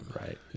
right